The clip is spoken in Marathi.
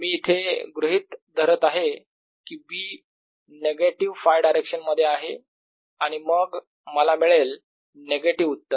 मी इथे गृहीत धरत आहे की B नेगेटिव Φ डायरेक्शन मध्ये आहे आणि मग मला मिळेल नेगेटिव उत्तर